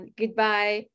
goodbye